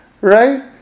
right